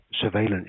surveillance